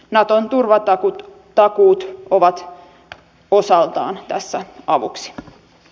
naton turvatakuut ovat osaltaan tässä avuksi